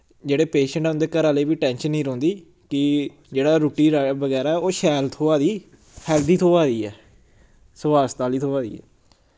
जेह्ड़े पेशैंट ऐ उं'दे घरे आह्लें बी टैंशन निं रौंहदी कि जेह्ड़ा रुट्टी बगैरा ओह् शैल थ्होआ दी हैल्थी थ्होआ दी ऐ स्वास्थ आह्ली थ्होआ दी ऐ